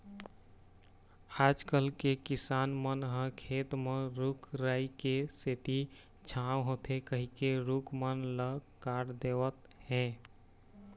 आजकल के किसान मन ह खेत म रूख राई के सेती छांव होथे कहिके रूख मन ल काट देवत हें